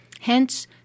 Hence